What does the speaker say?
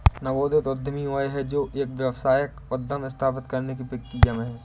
नवोदित उद्यमी वह है जो एक व्यावसायिक उद्यम स्थापित करने की प्रक्रिया में है